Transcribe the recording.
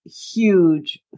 huge